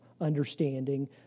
understanding